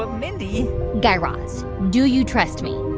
ah mindy guy raz, do you trust me?